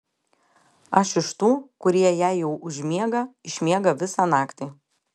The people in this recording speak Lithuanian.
aš iš tų kurie jei jau užmiega išmiega visą naktį